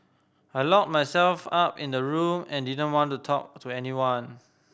I locked myself up in the room and didn't want to talk to anyone